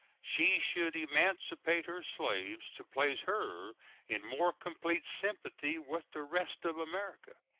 she should emancipate her slaves to place her in more complete sympathy with the rest of america.